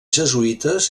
jesuïtes